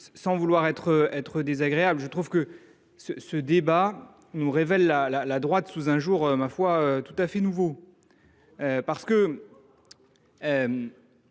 de vouloir être désagréable, mais je trouve que ce débat nous montre la droite sous un jour tout à fait nouveau.